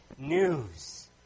news